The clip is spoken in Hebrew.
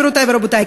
גבירותי ורבותי,